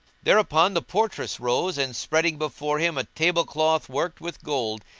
thereupon the portress rose and spreading before him a table cloth worked with gold,